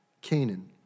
Canaan